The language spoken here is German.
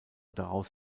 daraus